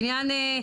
לעניין,